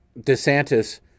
DeSantis